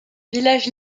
village